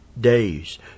days